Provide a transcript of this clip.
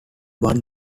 one